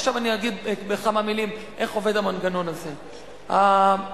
ועכשיו אגיד בכמה מלים איך המנגנון הזה עובד.